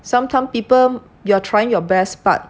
sometimes people you are trying your best but